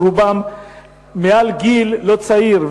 ורובם מעל גיל לא צעיר.